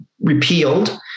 repealed